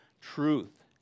truth